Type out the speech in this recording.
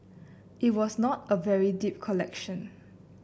it was not a very deep collection